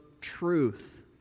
truth